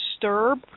disturb